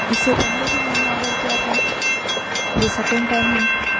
اس سے پہلے بھی میں نے آرڈر کیا تھا ابھی سیکنڈ ٹائم ہے